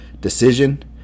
decision